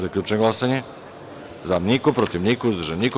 Zaključujem glasanje: za – niko, protiv – niko, uzdržan – niko.